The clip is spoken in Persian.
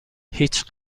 هیچ